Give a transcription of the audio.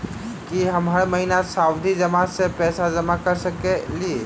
की हम हर महीना सावधि जमा सँ पैसा जमा करऽ सकलिये?